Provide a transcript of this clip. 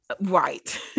Right